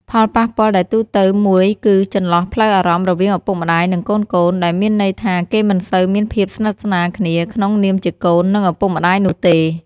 ផលប៉ះពាល់ដែលទូទៅមួយគឺចន្លោះផ្លូវអារម្មណ៍រវាងឪពុកម្តាយនិងកូនៗ ដែលមានន័យថាគេមិនសូវមានភាពស្និទ្ធស្នាលគ្នាក្នុងនាមជាកូន និងឪពុកម្ដាយនោះទេ។